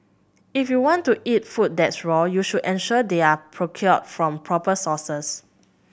if you want to eat food that's raw you should ensure they are procured from proper sources